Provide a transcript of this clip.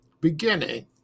beginning